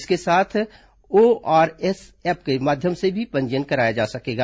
इसके साथ ORS app के माध्यम से भी पंजीयन करवाया जा सकेगा